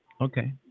Okay